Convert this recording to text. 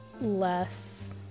less